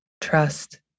trust